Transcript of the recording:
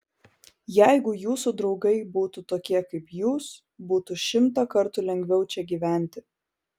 jeigu jūsų draugai būtų tokie kaip jūs būtų šimtą kartų lengviau čia gyventi